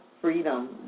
Freedom